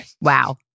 Wow